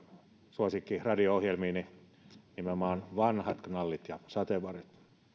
suosikkiradio ohjelmiini nimenomaan vanhat knallit ja sateenvarjot